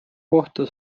kohta